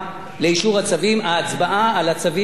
ההצבעה היא על כל צו בנפרד.